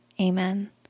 amen